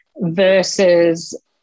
versus